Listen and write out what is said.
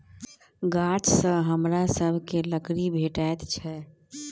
गाछसँ हमरा सभकए लकड़ी भेटैत छै